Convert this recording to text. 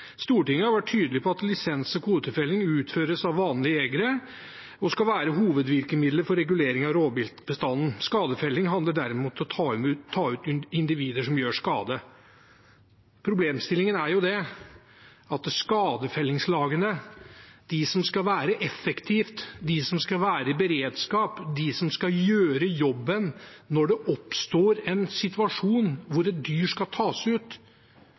Stortinget har vært tydelig på at lisens- og kvotefelling utføres av vanlige jegere og skal være hovedvirkemiddelet for regulering av rovviltbestanden. Skadefelling handler derimot om å ta ut individer som gjør skade. Problemstillingen er at skadefellingslagene, de som skal være effektive, de som skal være i beredskap, de som skal gjøre jobben når det oppstår en situasjon der et dyr skal tas ut,